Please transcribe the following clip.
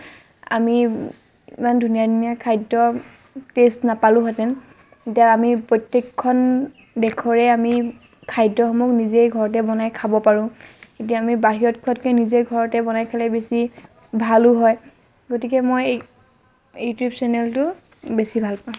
আমি ইমান ধুনীয়া ধুনীয়া খাদ্য টেষ্ট নাপালোহেঁতেন এতিয়া আমি প্ৰত্যেকখন দেশৰে আমি খাদ্যসমূহ নিজে ঘৰতে বনাই খাব পাৰো এতিয়া আমি বাহিৰত খোৱাতকে নিজে ঘৰতে বনাই খালে বেছি ভালো হয় গতিকে মই এই ইউটিউব চেনেলটো বেছি ভাল পাওঁ